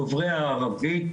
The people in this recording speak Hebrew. דוברי הערבית,